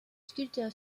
sculpteur